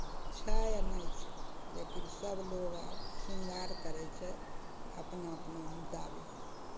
छै आ नहि छै लेकिन सभ लोक आब श्रिङ्गार करै छै अपना अपना मुताबिक